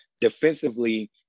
Defensively